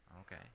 Okay